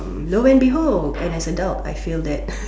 lo and behold and as adult I feel that